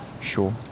Sure